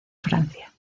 francia